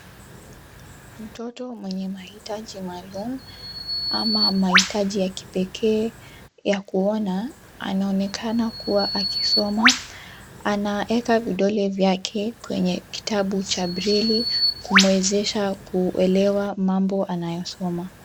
Mtoto mwenye mahitaji maalum ama mahitaji ya kipekee ya kuona anaonekana kuwa akisoma. Anaeka vidole vyake kwenye kitabu cha breli kumwezesha kuelewa mambo anayosoma.